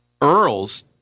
Earls